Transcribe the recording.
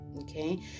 Okay